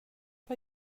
vad